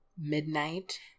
midnight